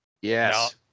Yes